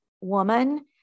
woman